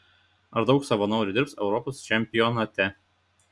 ar daug savanorių dirbs europos čempionate